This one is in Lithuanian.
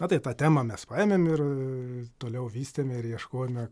na tai tą temą mes paėmėm ir toliau vystėme ir ieškojome